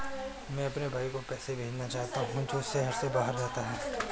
मैं अपने भाई को पैसे भेजना चाहता हूँ जो शहर से बाहर रहता है